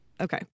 Okay